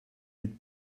mit